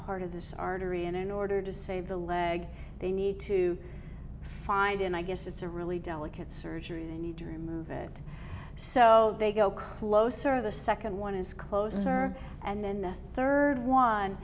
part of this artery and in order to save the leg they need to find and i guess it's a really delicate surgery they need to remove it so they go closer the second one is closer and then the third one